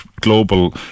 global